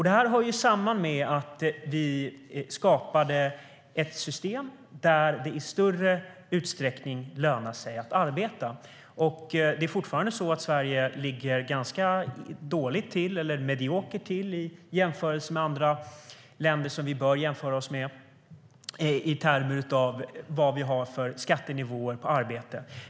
Det hör samman med att vi skapade ett system där det i större utsträckning lönade sig att arbeta. Sverige ligger fortfarande ganska mediokert till i jämförelse med de länder som vi bör jämföra oss med i termer av skattenivåer på arbete.